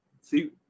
See